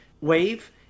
wave